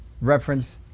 reference